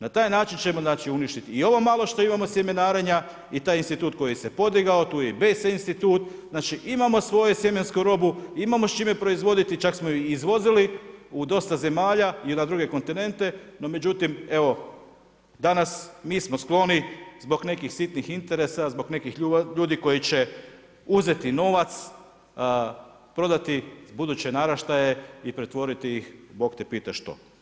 Na taj način ćemo uništiti i ovo malo što imamo sjemenjarenja i taj institut koji se podigao, to je i … institutu, znači imamo svoju sjemensku robu, imamo s čime proizvoditi, čak smo i izvozili u dosta zemalja i na druge kontinente, no međutim evo danas mi smo skloni zbog nekih sitnih interesa, zbog nekih ljudi koji će uzeti novac prodati buduće naraštaje i pretvoriti ih u Bog te pita što.